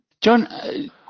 John